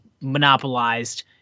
monopolized